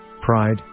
pride